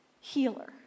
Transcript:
healer